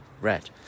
red